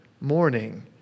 morning